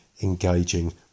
engaging